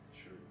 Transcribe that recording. sure